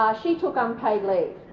she took unpaid leave.